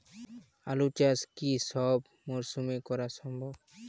আলু চাষ কি সব মরশুমে করা সম্ভব?